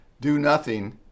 do-nothing